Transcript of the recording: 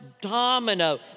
domino